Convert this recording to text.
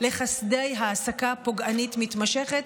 לחסדי העסקה פוגענית מתמשכת,